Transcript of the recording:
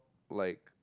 like